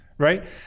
Right